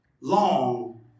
long